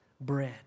bread